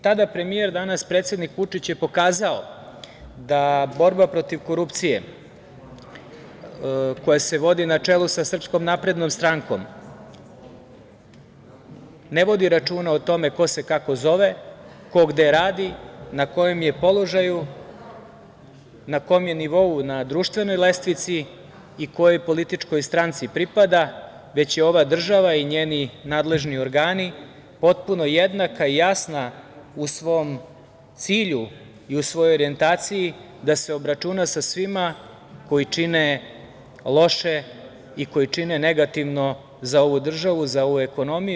Tada premijer, danas predsednik Vučić je pokazao da borba protiv korupcije, koja se vodi na čelu sa SNS, ne vodi računa o tome ko se kako zove, ko gde radi, na kojem je položaju, na kom je nivou na društvenoj lestvici i kojoj političkoj stranci pripada, već je ova država i njeni nadležni organi potpuno jednaka i jasna u svom cilju i u svojoj orijentaciji, da se obračuna sa svima koji čine loše i koji čine negativno za ovu državu, za ovu ekonomiju.